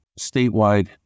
statewide